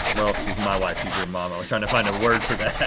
well she's my wife, she's your mom, i was trying to find a word for that.